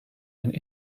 and